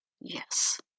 yes